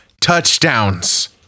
touchdowns